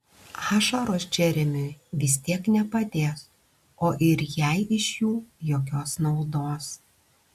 ašaros džeremiui vis tiek nepadės o ir jai iš jų jokios naudos